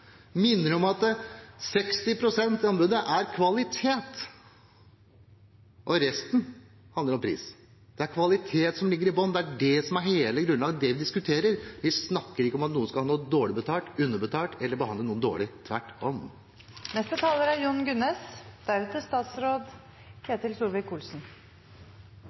minner om at 60 pst. av anbudet gjelder kvalitet og resten handler om pris. Det er kvalitet som ligger i bunnen. Det er hele grunnlaget. Det er det vi diskuterer. Vi snakker ikke om at noen skal ha dårlig betalt, eller være underbetalt, eller om å behandle noen dårlig – tvert